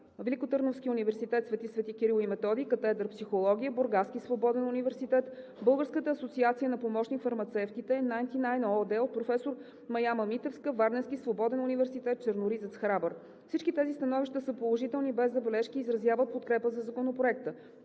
Великотърновския университет „Свети Свети Кирил и Методий“, катедра „Психология“; Бургаския свободен университет; Българската асоциация на помощник-фармацевтите; „Найнти Найн“ ООД; от професор Майяма Митевска; Варненския свободен университет „Черноризец Храбър“. Всички тези становища са положителни, без забележки и изразяват подкрепа за Законопроекта.